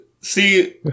See